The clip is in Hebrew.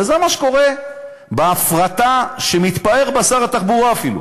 וזה מה שקורה בהפרטה שאפילו שר התחבורה מתפאר בה.